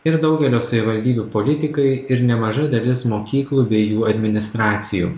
ir daugelio savivaldybių politikai ir nemaža dalis mokyklų bei jų administracijų